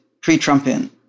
pre-Trumpian